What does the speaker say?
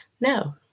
No